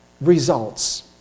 results